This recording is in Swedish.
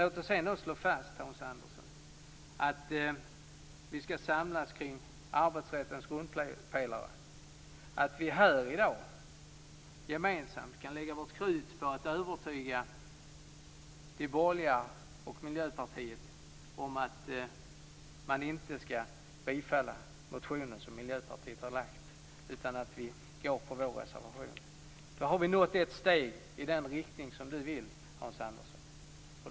Låt oss ändå slå fast, Hans Andersson, att vi skall samlas kring arbetsrättens grundpelare och här i dag gemensamt lägga vårt krut på att övertyga de borgerliga och Miljöpartiet om att de inte skall bifalla den motion som Miljöpartiet har lagt fram utan gå på vår reservation. Då har vi nått ett steg i den riktning som Hans Andersson vill gå i.